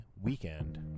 weekend